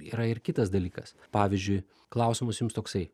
yra ir kitas dalykas pavyzdžiui klausimas jums toksai